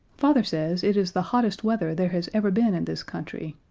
father says it is the hottest weather there has ever been in this country.